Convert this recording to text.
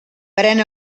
pren